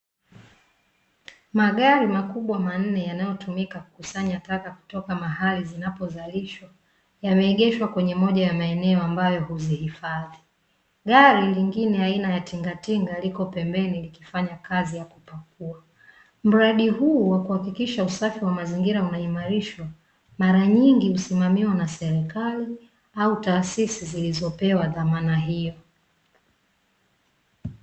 Magari makubwa manne, yanayotumika kukusanya taka kutoka mahali zinapozalishwa, yameegeshwa kwenye moja ya maeneo, ambayo huziifadhi. Gari lingine aina ya tinga tinga, liko pembeni likifanya kazi ya kupakua. Mradi huu wa kuhakikisha usafi wa mazingira unaimarishwa, mara nyingi husimamiwa na serikali, au taasisi zilizopewa dhamana hio.